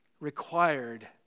required